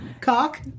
cock